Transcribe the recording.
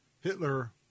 Hitler